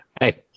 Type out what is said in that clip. Hey